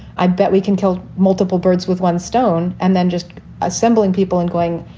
i bet we can kill multiple birds with one stone and then just assembling people and going,